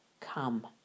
come